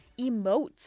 emotes